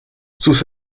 sus